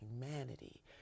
humanity